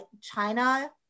China